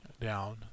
down